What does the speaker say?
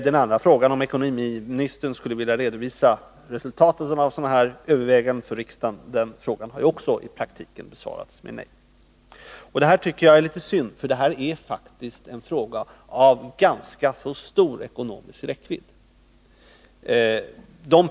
Den andra frågan, om ekonomiministern för riksdagen skulle vilja redovisa resultatet av sådana överväganden, har också i praktiken besvarats med nej. Det tycker jag är synd; det här är faktiskt en fråga av ganska stor ekonomisk räckvidd.